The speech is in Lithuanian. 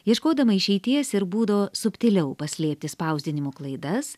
ieškodama išeities ir būdo subtiliau paslėpti spausdinimo klaidas